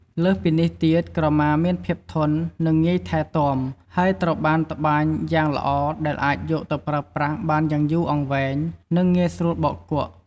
លើសពីនេះទៀតក្រមាមានភាពធន់ និងងាយថែទាំ ហើយត្រូវបានត្បាញយ៉ាងល្អដែលអាចយកទៅប្រើប្រាស់បានយូរអង្វែង និងងាយស្រួលបោកគក់។